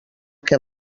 que